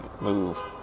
move